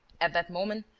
at that moment,